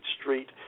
Street